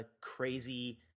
crazy –